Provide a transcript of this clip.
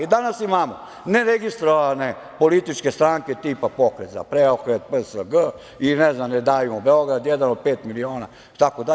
I danas imamo ne registrovane političke stranke, tipa „Pokret za preokret“, PSG, ne znam, „Ne davimo Beograd“, „Jedan od pet miliona“, itd.